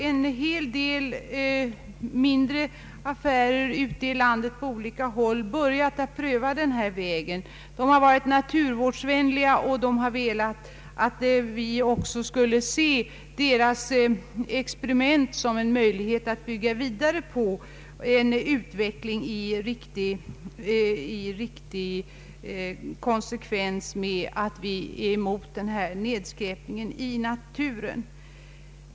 En hel del mindre affärer på olika håll i landet har också börjat pröva möjligheten med ett pantförfarande. De är naturvårdsvänliga och vi kan bygga vidare på deras experiment.